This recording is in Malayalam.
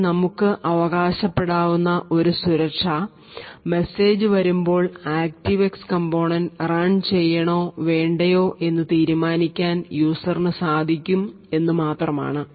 ഇതിൽ നമുക്ക് അവകാശപ്പെടാവുന്ന ഒരു സുരക്ഷ മെസ്സേജ് വരുമ്പോൾ ആക്ടീവ എക്സ് കമ്പോണന്റ് റൺ ചെയ്യണോ വേണ്ടയോ എന്ന് തീരുമാനിക്കാൻ യൂസർ നു സാധിക്കും എന്ന് മാത്രമാണ്